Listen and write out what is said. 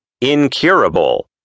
Incurable